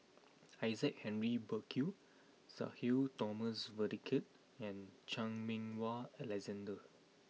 Isaac Henry Burkill Sudhir Thomas Vadaketh and Chan Meng Wah Alexander